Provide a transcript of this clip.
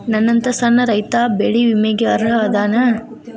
ನನ್ನಂತ ಸಣ್ಣ ರೈತಾ ಬೆಳಿ ವಿಮೆಗೆ ಅರ್ಹ ಅದನಾ?